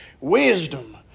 Wisdom